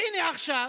והינה עכשיו,